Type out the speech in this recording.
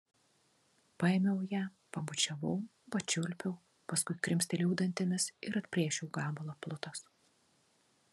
paėmiau ją pabučiavau pačiulpiau paskui krimstelėjau dantimis ir atplėšiau gabalą plutos